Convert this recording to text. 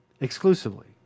Exclusively